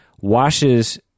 washes